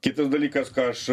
kitas dalykas ką aš